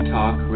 Talk